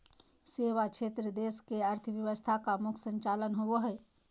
सेवा क्षेत्र देश के अर्थव्यवस्था का मुख्य संचालक होवे हइ